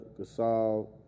Gasol